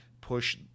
push